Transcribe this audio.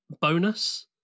bonus